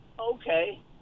Okay